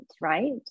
right